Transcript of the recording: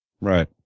Right